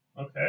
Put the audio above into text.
Okay